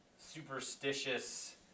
superstitious